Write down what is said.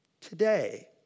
today